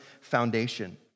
foundation